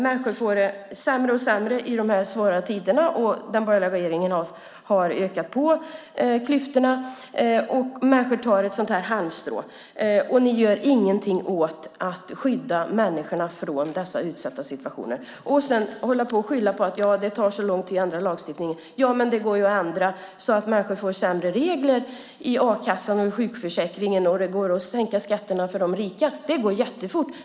Människor får det sämre och sämre i de här svåra tiderna. Den borgerliga regeringen har ökat klyftorna. Människor griper ett sådant här halmstrå. Och ni gör ingenting för att skydda människorna i dessa utsatta situationer. Sedan skyller man på att det tar så lång tid att ändra lagstiftningen. Ja, men det går att ändra så att människor får sämre regler i a-kassan och i sjukförsäkringen, och det går att sänka skatterna för de rika. Det går jättefort.